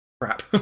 crap